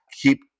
keep